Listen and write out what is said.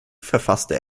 verfasste